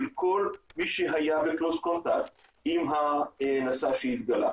כל מי שהיה ב-close contact עם הנשא שהתגלה.